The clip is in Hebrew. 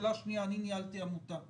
שאלה שנייה אני ניהלתי עמותה.